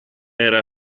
era